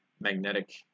magnetic